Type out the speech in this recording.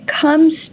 comes